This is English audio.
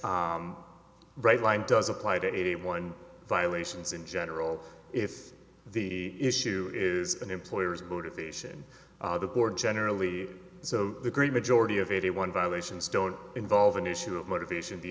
bright line does apply to anyone violations in general if the issue is an employer's motivation the board generally so the great majority of eighty one violations don't involve an issue of motivation the